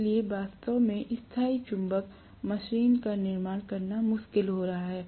इसलिए वास्तव में स्थायी चुंबक मशीन का निर्माण करना मुश्किल हो रहा है